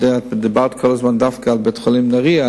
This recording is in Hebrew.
דיברת כל הזמן דווקא על בית-חולים נהרייה.